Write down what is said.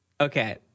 Okay